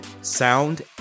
sound